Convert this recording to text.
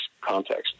context